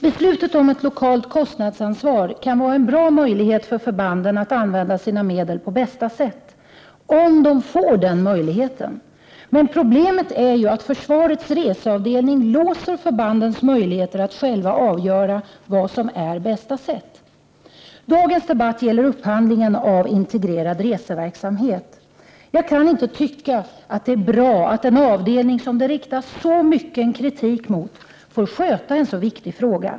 Beslutet om ett lokalt kostnadsansvar kan vara en bra möjlighet för förbanden att använda sina medel på bästa sätt — om de får den möjligheten. Problemet är ju att försvarets reseavdelning låser förbandens möjligheter att själva avgöra vad som är det bästa sättet. Dagens debatt gäller upphandlingen av integrerad reseverksamhet. Jag kan inte tycka att det är bra att en avdelning som det riktas så mycken kritik mot får sköta en så viktig fråga.